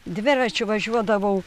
dviračiu važiuodavau